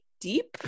deep